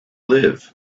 live